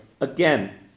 again